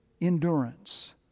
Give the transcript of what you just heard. endurance